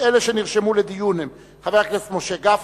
אלה שנרשמו לדיון הם חבר הכנסת משה גפני,